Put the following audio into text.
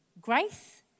grace